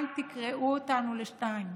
אל תקרעו אותנו לשניים,